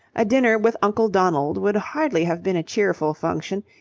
a dinner with uncle donald would hardly have been a cheerful function,